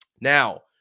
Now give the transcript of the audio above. Now